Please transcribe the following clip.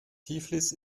tiflis